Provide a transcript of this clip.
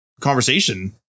conversation